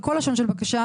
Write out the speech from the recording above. בכל לשון של בקשה,